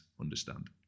understand